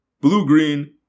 blue-green